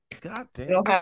Goddamn